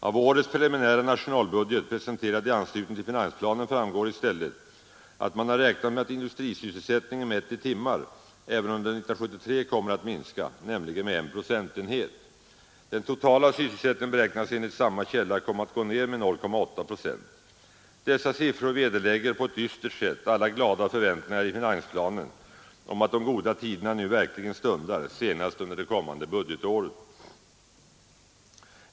Av årets preliminära nationalbudget, presenterad i anslutning till finansplanen, framgår i stället att man har räknat med att industrisysselsättningen mätt i timmar även under 1973 kommer att minska, nämligen med 1 procentenhet. Den totala sysselsättningen beräknas enligt samma källa komma att gå ned med 0,8 procent. Dessa siffror vederlägger på ett dystert sätt alla glada förväntningar i finansplanen om att de goda tiderna nu verkligen stundar, senast under det kommande budgetåret.